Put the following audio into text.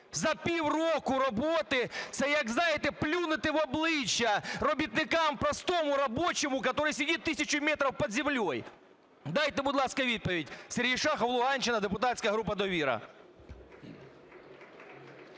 за півроку роботи! Це як, знаєте, плюнути в обличчя робітникам, простому рабочему, который сидит тысячу метров под землей! Дайте, будь ласка, відповідь! Сергій Шахов, Луганщина, депутатська група "Довіра".